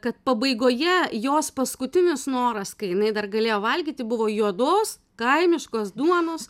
kad pabaigoje jos paskutinis noras kai jinai dar galėjo valgyti buvo juodos kaimiškos duonos